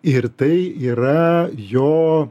ir tai yra jo